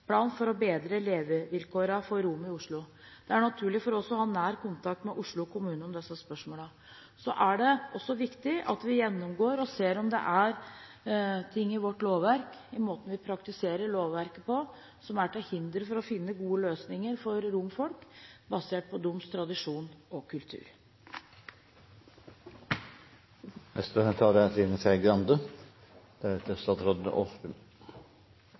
for å bedre levevilkårene for romer i Oslo. Det er naturlig for oss å ha nær kontakt med Oslo kommune om disse spørsmålene. Så er det også viktig at vi gjennomgår og ser om det er ting i vårt lovverk, i måten vi praktiserer lovverket på, som er til hinder for å finne gode løsninger for romfolk, basert på deres tradisjon og kultur.